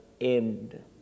end